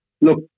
look